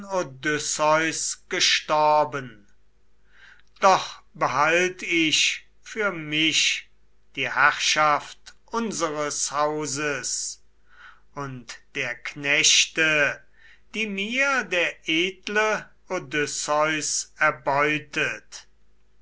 gestorben doch behalt ich für mich die herrschaft unseres hauses und der knechte die mir der edle odysseus erbeutet